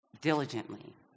Diligently